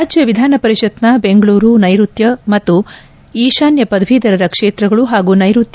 ರಾಜ್ಯ ವಿಧಾನಪರಿಷತ್ನ ಬೆಂಗಳೂರು ನೈಋತ್ತ ಮತ್ತು ಈತಾನ್ಯ ಪದವೀಧರ ಕ್ಷೇತ್ರಗಳು ಹಾಗೂ ನೈಋತ್ತ